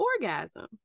orgasm